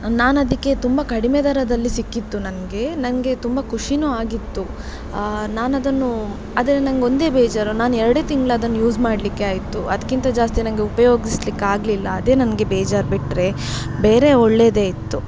ನಾನು ಅದಕ್ಕೆ ತುಂಬಾ ಕಡಿಮೆ ದರದಲ್ಲಿ ಸಿಕ್ಕಿತ್ತು ನನಗೆ ನನಗೆ ತುಂಬಾ ಖುಷಿನೂ ಆಗಿತ್ತು ನಾನದನ್ನು ಆದರೆ ನನಗೆ ಒಂದೇ ಬೇಜಾರು ನಾನು ಎರಡೇ ತಿಂಗಳು ಅದನ್ನು ಯೂಸ್ ಮಾಡಲಿಕ್ಕೆ ಆಯ್ತು ಅದಕ್ಕಿಂತ ಜಾಸ್ತಿ ನನಗೆ ಉಪಯೋಗಿಸ್ಲಿಕ್ಕೆ ಆಗ್ಲಿಲ್ಲ ಅದೇ ನನಗೆ ಬೇಜಾರು ಬಿಟ್ಟರೆ ಬೇರೆ ಒಳ್ಳೆದೇ ಇತ್ತು